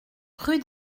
rue